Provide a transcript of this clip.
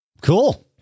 Cool